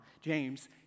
James